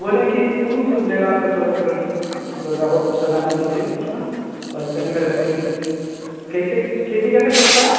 बोले हैं कि फूल सब लेना था थोड़ा घर सजावट सजाने के लिए थोड़ा बालकनी मे रखने के कैसे के जी कैसे पड़ता है